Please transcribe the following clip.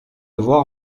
voir